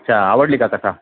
अच्छा आवडली का कसा